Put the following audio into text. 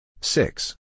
Six